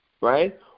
right